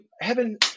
heaven